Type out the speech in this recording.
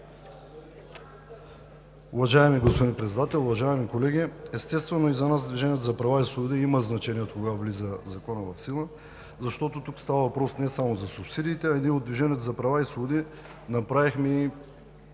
Уважаеми господин Председател, уважаеми колеги! Естествено, и за нас, „Движението за права и свободи“, има значение откога Законът влиза в сила, защото тук става въпрос не само за субсидиите. От „Движението за права и свободи“ направихме